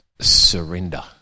surrender